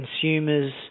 consumers